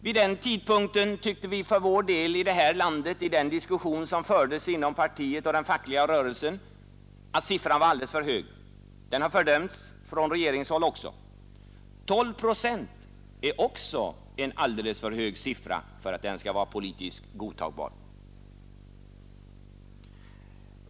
Vid den tidpunkten tyckte vi för vår del i den diskussion som fördes inom partiet och den fackliga rörelsen att siffran var alldeles för hög. Den har även fördömts från regeringshåll. 12 procent är också en alldeles för hög siffra för att den skall vara politiskt godtagbar.